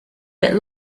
bit